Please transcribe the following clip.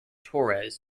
torres